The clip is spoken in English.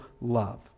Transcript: love